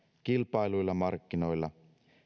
kilpailluilla markkinoilla